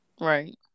right